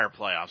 playoffs